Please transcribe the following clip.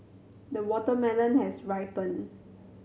the watermelon has ripened